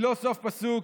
היא לא סוף פסוק.